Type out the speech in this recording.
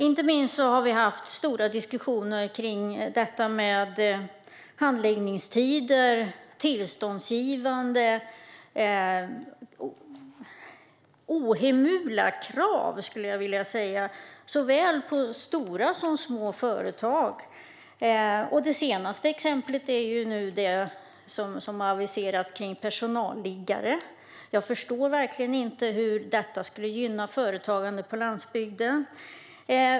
Inte minst har vi haft stora diskussioner om handläggningstider och tillståndsgivning. Det ställs ohemula krav på såväl stora som små företag. Nu senast handlar det om personalliggare. Jag förstår verkligen inte hur det skulle gynna företagandet på landsbygden.